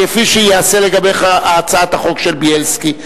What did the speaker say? כפי שייעשה לגבי הצעת החוק של בילסקי.